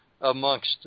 amongst